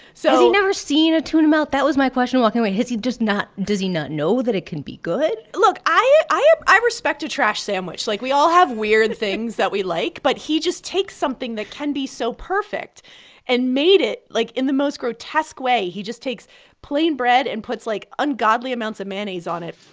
so. has he never seen a tuna melt? that was my question walking away. has he just not does he not know that it can be good? look. i i respect a trash sandwich. like, we all have weird things that we like. but he just takes something that can be so perfect and made it, like, in the most grotesque way. he just takes plain bread and puts, like, ungodly amounts of mayonnaise on it